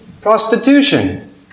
prostitution